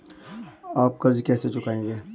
आप कर्ज कैसे चुकाएंगे?